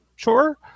Sure